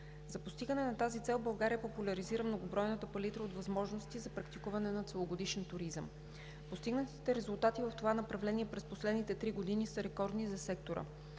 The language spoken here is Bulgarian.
За постигане на тази цел България популяризира многобройната палитра от възможности за практикуване на целогодишен туризъм. Постигнатите резултати в това направление през последните три години са рекордни за сектора.